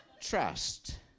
trust